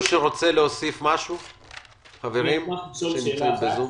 חשוב,